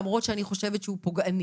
למרות שאני חושבת שהוא פוגעני,